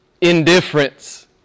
indifference